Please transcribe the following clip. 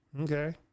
Okay